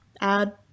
add